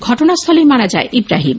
ঘটনাস্হলেই মারা যায় ইব্রাহিম